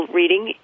reading